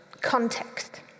context